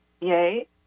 yay